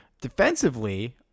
defensively